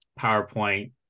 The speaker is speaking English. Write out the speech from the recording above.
PowerPoint